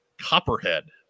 Copperhead